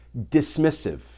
dismissive